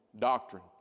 doctrine